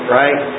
right